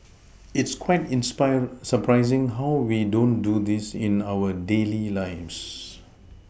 it's quite inspire surprising how we don't do this in our daily lives